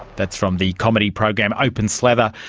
that's from the comedy program open slather.